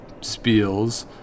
spiels